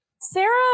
Sarah